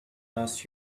last